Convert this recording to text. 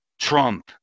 Trump